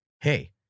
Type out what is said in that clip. hey